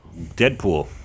Deadpool